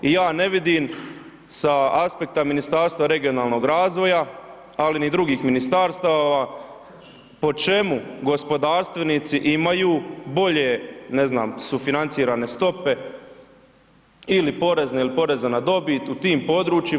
I ja ne vidim sa aspekta Ministarstva regionalnog razvoja ali ni drugih ministarstava po čemu gospodarstvenici imaju bolje, ne znam sufinancirane stope ili porezne ili poreza na dobit u tim područjima.